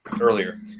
earlier